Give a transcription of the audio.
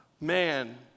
man